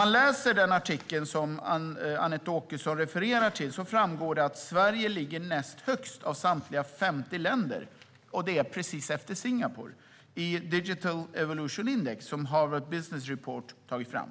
Av den artikel som Anette Åkesson refererar till framgår att Sverige ligger näst högst av samtliga 50 länder, precis efter Singapore, i Digital Evolution Index, som Harvard Business Review tagit fram.